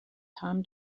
tom